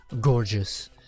gorgeous